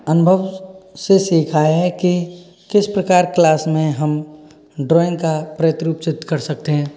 अनुभव से सीखा है कि किस प्रकार क्लास में हम ड्राइंग का प्रतिरूप चित्र कर सकते हैं